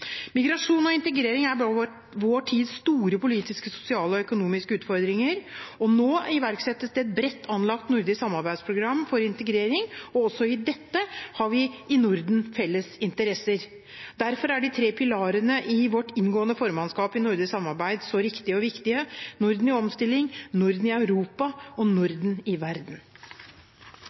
Migrasjon og integrering er vår tids store politiske, sosiale og økonomiske utfordringer. Nå iverksettes det et bredt anlagt nordisk samarbeidsprogram for integrering, og også i dette har vi i Norden felles interesser. Derfor er de tre pilarene i vårt inngående formannskap i nordisk samarbeid så riktige og viktige: Norden i omstilling, Norden i Europa og Norden i verden.